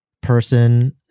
person